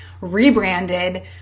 rebranded